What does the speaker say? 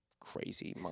crazy